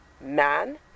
man